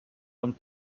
und